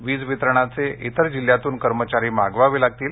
वीज वितरणाचे इतर जिल्ह्यांतून कर्मचारी मागवावे लागतील